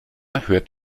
hört